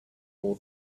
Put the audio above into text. all